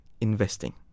investing